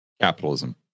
capitalism